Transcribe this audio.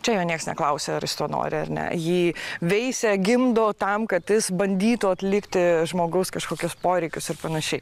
čia jo nieks neklausia ar to nori ar ne jį veisia gimdo tam kad jis bandytų atlikti žmogaus kažkokius poreikius ir panašiai